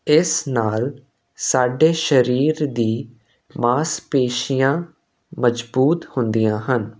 ਇਸ ਨਾਲ ਸਾਡੇ ਸਰੀਰ ਦੀ ਮਾਸਪੇਸ਼ੀਆਂ ਮਜ਼ਬੂਤ ਹੁੰਦੀਆਂ ਹਨ